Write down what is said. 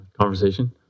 Conversation